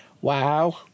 Wow